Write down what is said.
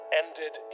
ended